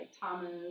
Thomas